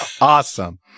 Awesome